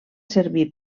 servir